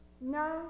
No